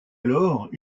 alors